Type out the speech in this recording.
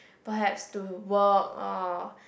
perhaps to work or